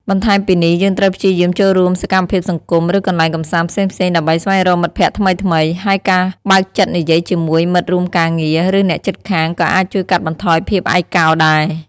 បន្ថែមពីនេះ យើងត្រូវព្យាយាមចូលរួមសកម្មភាពសង្គម ឬកន្លែងកំសាន្តផ្សេងៗដើម្បីស្វែងរកមិត្តភក្តិថ្មីៗ ហើយការបើកចិត្តនិយាយជាមួយមិត្តរួមការងារ ឬអ្នកជិតខាងក៏អាចជួយកាត់បន្ថយភាពឯកកោដែរ។